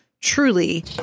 truly